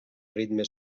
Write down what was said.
ritme